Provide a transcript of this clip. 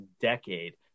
decade